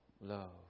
love